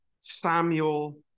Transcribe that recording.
Samuel